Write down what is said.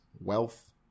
wealth